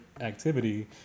activity